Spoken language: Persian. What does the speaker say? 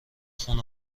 خون